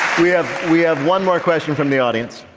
we have we have one more question from the audience.